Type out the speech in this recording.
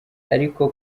ariko